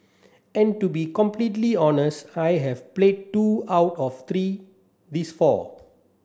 and to be completely honest I have played two out of three these four